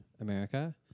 America